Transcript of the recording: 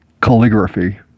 calligraphy